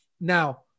Now